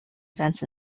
events